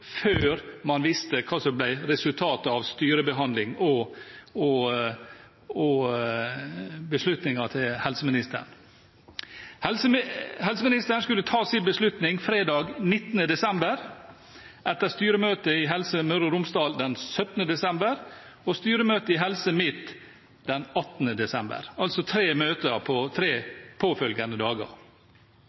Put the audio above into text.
før man visste hva som ble resultatet av styrebehandling og beslutningen til helseministeren. Helseministeren skulle ta sin beslutning fredag 19. desember etter styremøtet i Helse Møre og Romsdal den 17. desember og styremøtet i Helse Midt-Norge den 18. desember, altså tre møter i løpet av tre påfølgende dager.